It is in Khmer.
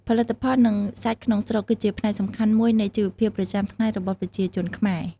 ផលិតផល និងសាច់ក្នុងស្រុក គឺជាផ្នែកសំខាន់មួយនៃជីវភាពប្រចាំថ្ងៃរបស់ប្រជាជនខ្មែរ។